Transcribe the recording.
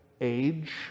age